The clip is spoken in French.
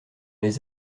les